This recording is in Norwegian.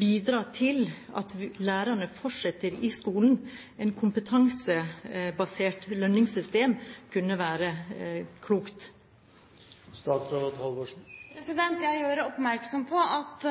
bidra til at lærerne fortsetter i skolen? Et kompetansebasert lønningssystem kunne være klokt. Jeg gjør oppmerksom på at